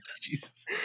Jesus